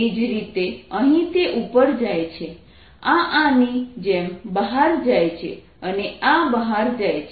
એ જ રીતે અહીં તે ઉપર જાય છે આ આની જેમ બહાર જાય છે અને આ બહાર જાય છે